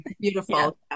Beautiful